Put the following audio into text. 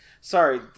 Sorry